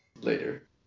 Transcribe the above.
later